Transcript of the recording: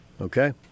Okay